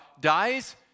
dies